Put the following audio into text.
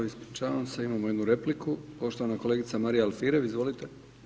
Ispričavam se imamo 1 repliku, poštovana kolegica Marija Alfirev, izvolite.